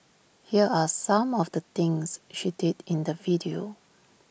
here are some of the things she did in the video